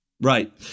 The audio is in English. Right